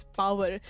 power